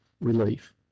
relief